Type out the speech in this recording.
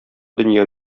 дөнья